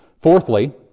Fourthly